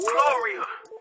Gloria